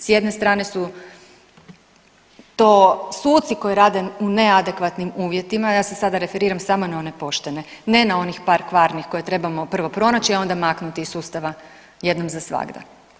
S jedne strane su to suci koji rade u neadekvatnim uvjetima, ja se sada referiram samo na one poštene, ne na onih par kvarnih koje trebamo prvo pronaći, a onda maknuti iz sustava jednom za svagda.